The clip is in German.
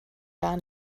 gar